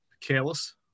careless